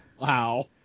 Wow